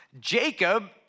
Jacob